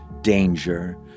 danger